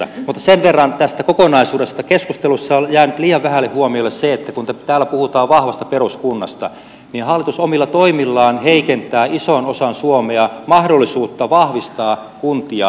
mutta sen verran tästä kokonaisuudesta että keskustelussa on jäänyt liian vähälle huomiolle se että kun täällä puhutaan vahvasta peruskunnasta niin hallitus omilla toimillaan heikentää ison osan suomea mahdollisuutta vahvistaa kuntia